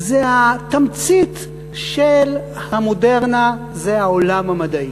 התמצית של המודרנה זה העולם המדעי.